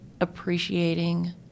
appreciating –